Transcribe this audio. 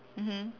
mmhmm